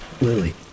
Lily